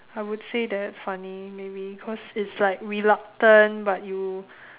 I would say that's funny maybe cause it's like reluctant but you